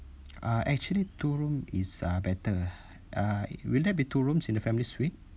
uh actually two room is uh better uh will there be two rooms in the family suite